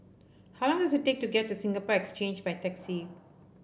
how long does it take to get to Singapore Exchange by taxi